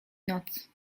noc